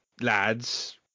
lads